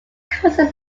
cousin